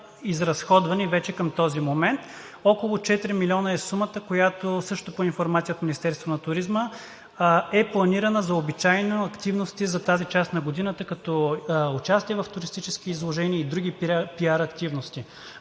изразходвани към този момент. Около 4 милиона е сумата, която, също по информация от Министерството на туризма, е планирана за обичайни активности за тази част на годината като участие в туристически изложения и други пиар активности.